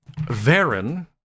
Varen